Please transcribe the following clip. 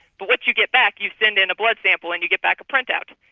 but what you get back you send in a blood sample and you get back a printout.